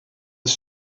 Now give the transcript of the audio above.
des